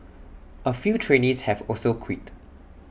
A few trainees have also quit